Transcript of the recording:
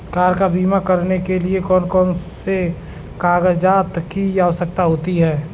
Car का बीमा करने के लिए कौन कौन से कागजात की आवश्यकता होती है?